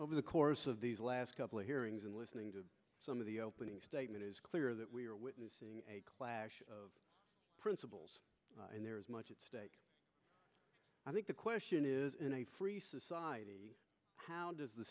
over the course of these last couple of hearings and listening to some of the opening statement is clear that we are witnessing a clash of principles and there is much at stake i think the question is in a free society how does the